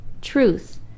truth